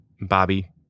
Bobby